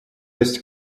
есть